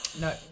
no